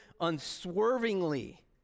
unswervingly